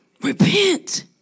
repent